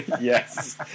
yes